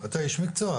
אתה איש מקצוע,